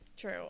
True